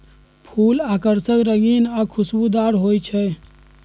फूल आकर्षक रंगीन आ खुशबूदार हो ईछई